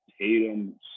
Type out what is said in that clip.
Tatum